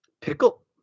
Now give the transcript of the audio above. Pickle